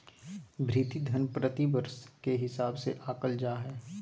भृति धन प्रतिवर्ष के हिसाब से आँकल जा हइ